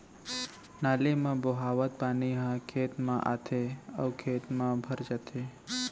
नाली म बोहावत पानी ह खेत म आथे अउ खेत म भर जाथे